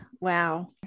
wow